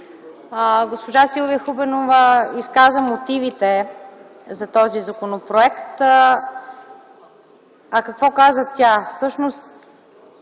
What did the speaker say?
госпожа Силвия Хубенова изказа мотивите за този законопроект. Какво каза тя?